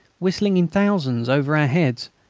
whistling in thousands over our heads.